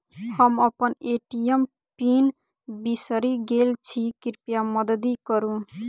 हम अप्पन ATM PIN बिसरि गेल छी कृपया मददि करू